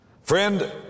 Friend